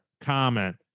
comment